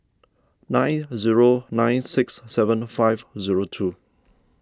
nine zero nine six seven five zero two